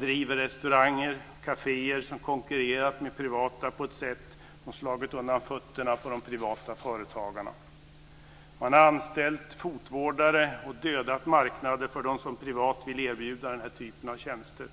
driver restauranger och kaféer som konkurrerat med de privata på ett sätt som slagit undan fötterna för de privata företagarna. Man har anställt fotvårdare och dödat marknader för de som privat vill erbjuda den typen av tjänster.